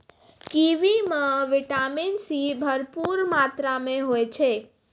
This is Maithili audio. कीवी म विटामिन सी भरपूर मात्रा में होय छै